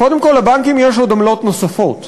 קודם כול, לבנקים יש עמלות נוספות.